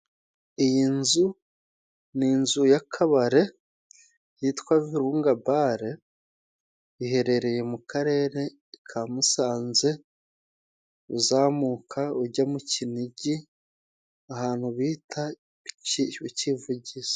Iyi nzu ni inzu ya kabare yitwa virunga bare, iherereye mu karere ka Musanze uzamuka ujya mu Kinigi ahantu bita Kivugiza.